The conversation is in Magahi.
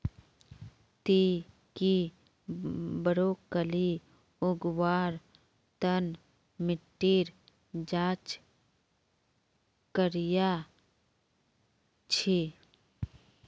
ती की ब्रोकली उगव्वार तन मिट्टीर जांच करया छि?